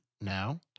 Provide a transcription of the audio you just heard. now